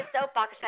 soapbox